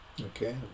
okay